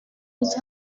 ijya